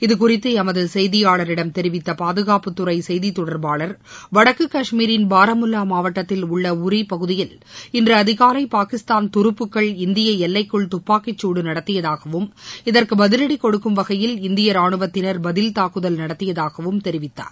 இதுகுறித்து எமது செய்தியாளரிடம் தெரிவித்த பாதுகாப்புத் துறை செய்தி தொடர்பாளர் வடக்கு காஷ்மீரின் பாரமுல்லா மாவட்டத்தில் உள்ள உரி பகுதியில் இன்று அதிகாலை பாகிஸ்தான் துருப்புக்கள் இந்திய எல்லைக்குள் துப்பாக்கிச் சூடு நடத்தியதாகவும் இதற்கு பதில்டி கொடுக்கும் வகையில் இந்திய ராணுவத்தினர் பதில் தாக்குதல் நடத்தியதாகவும் தெரிவித்தார்